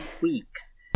weeks